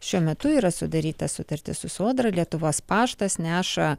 šiuo metu yra sudaryta sutartis su sodra lietuvos paštas neša